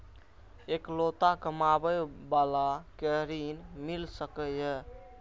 इकलोता कमाबे बाला के ऋण मिल सके ये?